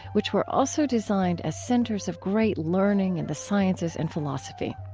which were also designed as centers of great learning in the sciences and philosophy.